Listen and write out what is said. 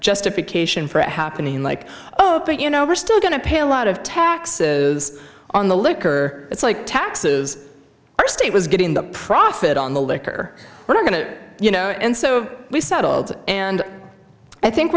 justification for it happening like oh but you know we're still going to pay a lot of taxes on the liquor it's like taxes our state was getting the profit on the liquor we're going to you know and so we settled and i think